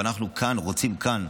ואנחנו רוצים כאן,